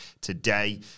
today